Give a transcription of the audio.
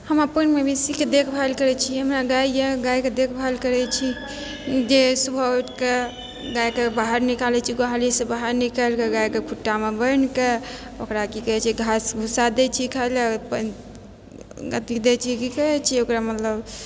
हम अपन मवेशीके देखभाल करै छियै हमरा गाय यऽ गायके देखभाल करै छी जे सुबह उठिके गायके बाहर निकाले छी गोहालीसँ बाहर निकालिके गायके खुट्टामे बान्हिके ओकरा कि कहै छै घास भुस्सा दै छियै खाइ लए अथि दै छियै कि कहे छियै ओकरा मतलब